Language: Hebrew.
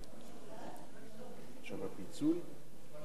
חוק סדר הדין הפלילי (תיקון מס' 66),